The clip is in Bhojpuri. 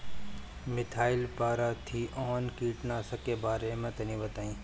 मिथाइल पाराथीऑन कीटनाशक के बारे में तनि बताई?